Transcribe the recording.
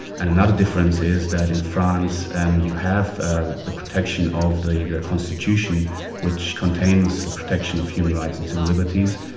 and another difference is that in france and you have ah the protection of the constitution which contains the protection of human rights and civil liberties,